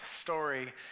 story